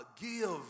give